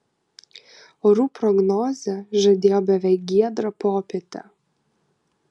orų prognozė žadėjo beveik giedrą popietę